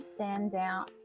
standout